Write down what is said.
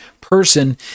person